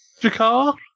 Jakar